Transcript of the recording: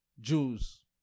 Jews